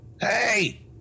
Hey